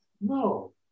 No